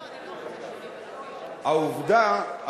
העובדה,